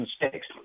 mistakes